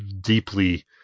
deeply